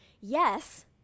yes